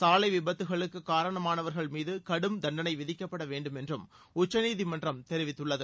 சாலை விபத்துகளுக்கு காரணமானவர்கள்மீது கடும் தண்டனை விதிக்கப்பட வேண்டும் என்றும் உச்சநீதிமன்றம் தெரிவித்துள்ளது